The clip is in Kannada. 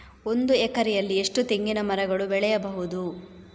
ಒಂದು ಎಕರೆಯಲ್ಲಿ ಎಷ್ಟು ತೆಂಗಿನಮರಗಳು ಬೆಳೆಯಬಹುದು?